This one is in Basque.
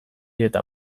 eta